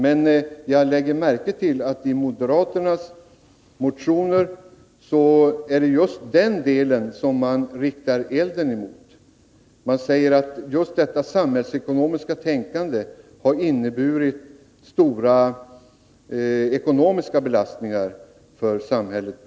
Men jag lägger märke till att det i moderaternas motioner är mot just den delen som man riktar elden. Man säger att just detta samhällsekonomiska tänkande på olika sätt har inneburit stora ekonomiska belastningar för samhället.